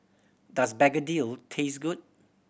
does begedil taste good